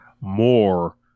more